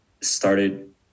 started